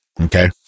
Okay